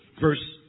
Verse